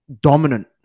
dominant